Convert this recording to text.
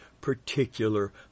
particular